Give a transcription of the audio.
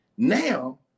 Now